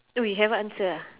uh we haven't answer ah